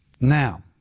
Now